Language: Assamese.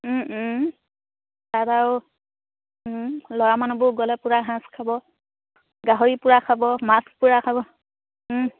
তাত আৰু ল'ৰা মানুহবোৰ গ'লে পূৰা সাঁজ খাব গাহৰি পূৰা খাব মাছ পূৰা খাব